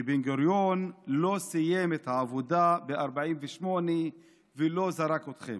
כי בן-גוריון לא סיים את העבודה ב-1948 ולא זרק אתכם.